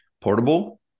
Portable